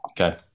Okay